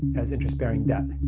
as interest-bearing debt.